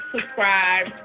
subscribe